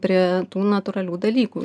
prie tų natūralių dalykų